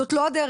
זאת לא הדרך.